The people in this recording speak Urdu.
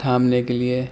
تھامنے کے لیے